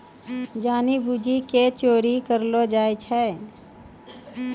जानि बुझि के कर चोरी करलो जाय छै